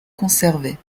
conservés